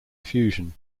fusion